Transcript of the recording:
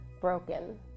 broken